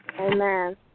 Amen